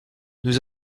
nous